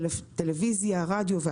בטלוויזיה וברדיו.